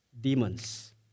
demons